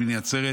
שמיני עצרת,